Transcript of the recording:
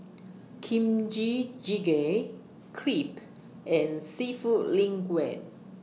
Kimchi Jjigae Crepe and Seafood Linguine